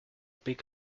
pick